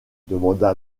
demanda